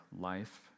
life